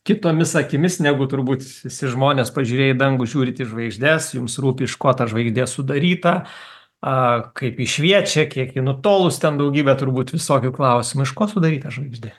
kitomis akimis negu turbūt visi žmonės pažiūrėję į dangų žiūrit į žvaigždes jums rūpi iš ko ta žvaigždė sudaryta a kaip ji šviečia kiek ji nutolus ten daugybė turbūt visokių klausimų iš ko sudaryta žvaigždė